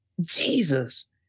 Jesus